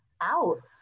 out